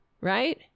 Right